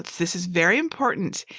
this is very important.